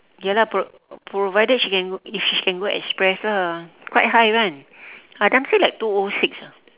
ya lah pro~ provided she can if she can go express lah quite high kan adam say like two O six ah